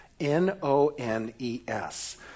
n-o-n-e-s